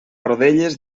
rodelles